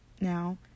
Now